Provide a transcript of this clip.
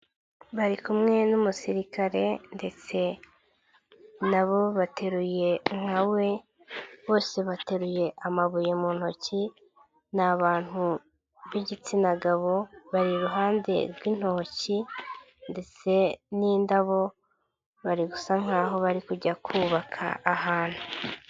Barikumwe n'umusirikare ndetse nabo bateruye nka we, bose bateruye amabuye mu ntoki, n' abantu b'igitsina gabo bari iruhande rw'intoki ndetse n'indabo bari gusa nkaho bari kujya kubaka ahantu.